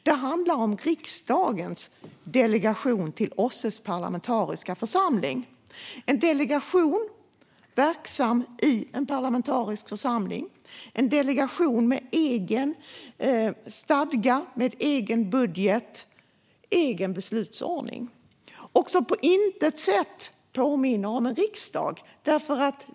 Det handlar om riksdagens delegation till OSSE:s parlamentariska församling - en delegation verksam i en parlamentarisk församling, en delegation som har egen stadga, egen budget och egen beslutsordning och som på intet sätt påminner om en riksdag.